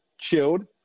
chilled